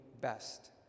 best